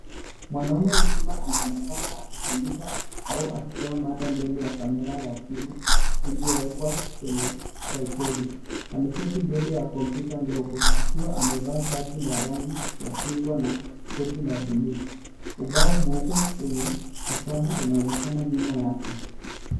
Mwanaume mzima anaonekana akifundisha au akitoa mada mbele ya kamera ya simu iliyowekwa kwenye tripod .Ameketi mbele ya kompyuta ndogo akiwa amevaa shati la rangi ya chungwa na koti la bluu. Ubao mweupe wenye hesabu unaonekana nyuma yake.